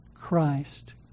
Christ